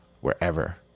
wherever